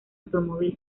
automóvil